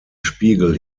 spiegel